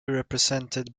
represented